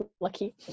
lucky